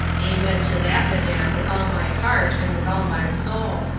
amen to that, madam, with all my heart, and with all my soul.